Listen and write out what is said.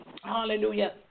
hallelujah